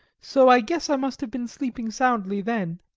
so i guess i must have been sleeping soundly then.